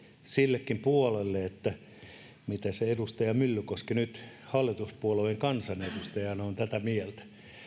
sillekin puolelle että mitä se edustaja myllykoski nyt hallituspuolueen kansanedustajana on tätä mieltä